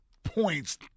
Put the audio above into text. points